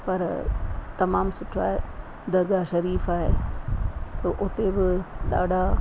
पर तमामु सुठो आहे दरगाह शरीफ़ आहे थो उते बि ॾाढा